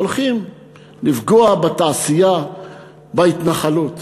הולכים לפגוע בתעשייה בהתנחלות.